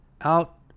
out